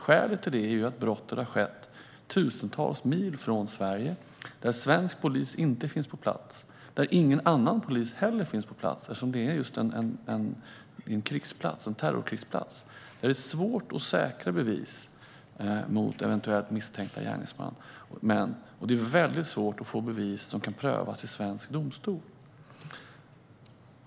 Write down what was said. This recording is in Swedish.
Skälet är att brottet har skett tusentals mil från Sverige, där svensk eller annan polis inte finns på plats eftersom det är just en terrorkrigsplats. Det är svårt att säkra bevis mot eventuellt misstänkta gärningsmän. Och det är väldigt svårt att få bevis som kan prövas i svensk domstol.